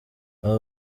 aba